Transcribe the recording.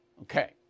Okay